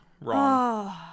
Wrong